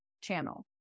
channel